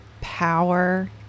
power